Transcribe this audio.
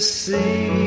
see